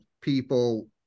people